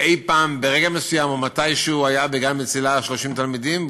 אי-פעם ברגע מסוים או מתישהו היו בגן "מצילה" 30 תלמידים,